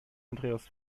andreas